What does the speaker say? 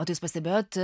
o tai jūs pastebėjot